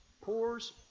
pours